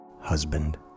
husband